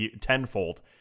tenfold